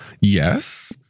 yes